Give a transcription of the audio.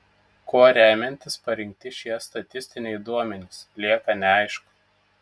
kuo remiantis parinkti šie statistiniai duomenys lieka neaišku